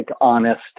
honest